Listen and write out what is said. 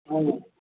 हजुर